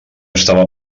estava